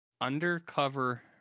Undercover